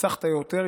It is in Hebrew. רצחת יותר,